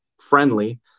friendly